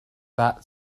that